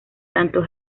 tanto